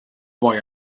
boy